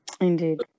Indeed